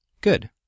Good